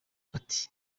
ati